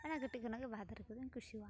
ᱚᱱᱟ ᱠᱟᱹᱴᱤᱡ ᱠᱷᱚᱱᱟᱜ ᱜᱮ ᱵᱟᱦᱟ ᱫᱟᱨᱮ ᱠᱚᱫᱚᱧ ᱠᱩᱥᱤᱣᱟᱜᱼᱟ